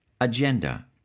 agenda